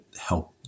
help